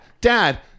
dad